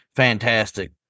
fantastic